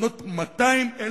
לבנות 200,000